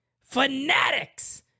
fanatics